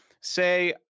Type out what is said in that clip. Say